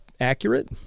accurate